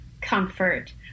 comfort